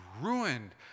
ruined